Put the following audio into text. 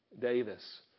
Davis